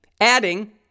Adding